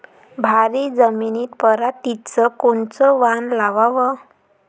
भारी जमिनीत पराटीचं कोनचं वान लावाव?